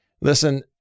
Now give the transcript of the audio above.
Listen